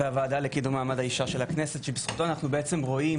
והוועדה לקידום מעמד האישה של הכנסת שבזכותו אנחנו רואים